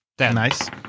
Nice